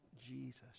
Jesus